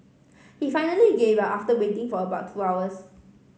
he finally gave up after waiting for about two hours